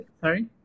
Sorry